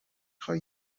خوای